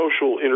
social